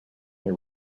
may